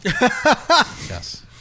Yes